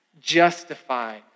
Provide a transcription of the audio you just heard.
justified